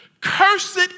cursed